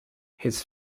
his